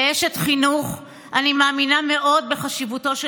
כאשת חינוך אני מאמינה מאוד בחשיבותו של